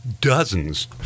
dozens